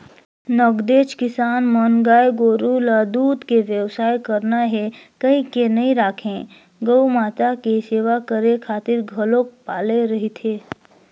नगदेच किसान मन गाय गोरु ल दूद के बेवसाय करना हे कहिके नइ राखे गउ माता के सेवा करे खातिर घलोक पाले रहिथे